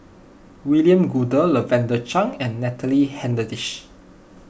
William Goode Lavender Chang and Natalie Hennedige